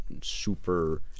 super